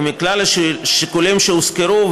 ומכלל השיקולים שהוזכרו,